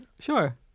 Sure